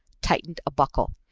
tightened a buckle.